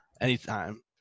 anytime